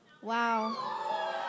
Wow